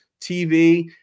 TV